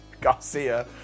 Garcia